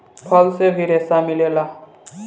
फल से भी रेसा मिलेला